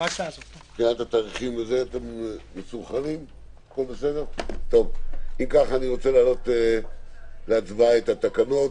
(7 במרס 2021)". אני מעלה להצבעה את התקנות.